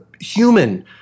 human